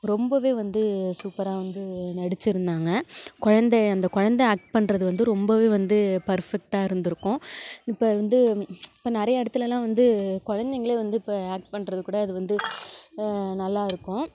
ரொம்பவே வந்து சூப்பராக வந்து நடிச்சிருந்தாங்க குழந்தைய அந்த குழந்த ஆக்ட் பண்ணுறது வந்து ரொம்பவே வந்து பர்ஃபக்ட்டாக இருந்துருக்கும் இப்போ வந்து இப்போ நிறைய இடத்துலலலா வந்து குழந்தைங்களே வந்து இப்போ ஆக்ட் பண்ணுறது கூட அது வந்து நல்லா இருக்கும்